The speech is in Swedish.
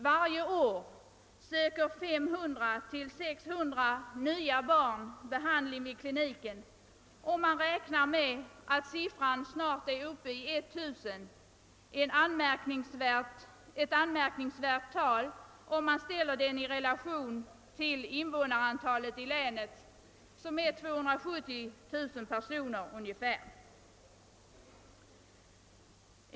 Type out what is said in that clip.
Varje år söker 500—600 nya barn behandling vid kliniken, och man räknar med att siffran snart är uppe i 1000, ett anmärkningsvärt tal om man ställer det i relation till invånarantalet i länet, som är ungefär 270 000 personer.